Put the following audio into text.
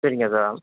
சரிங்க சார்